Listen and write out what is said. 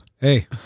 Hey